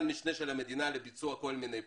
משנה של המדינה לביצוע כל מיני פרויקטים,